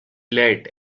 let